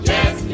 Yes